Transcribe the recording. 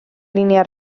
línea